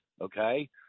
okay